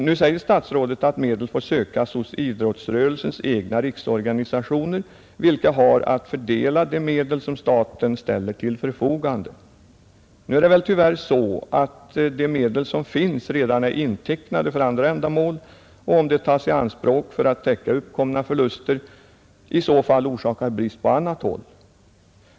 Nu säger statsrådet att medel får sökas hos idrottsrörelsens egna riksorganisationer, vilka har att fördela de medel som staten ställer till förfogande. Men det är väl tyvärr så, att de medel som finns redan är reserverade för andra ändamål, och om de tas i anspråk för att täcka uppkomna förluster orsakar detta en brist på annat håll.